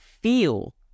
feel